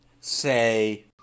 say